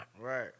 Right